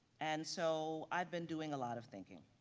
and so i've been doing a lot of thinking,